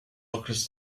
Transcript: across